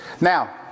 Now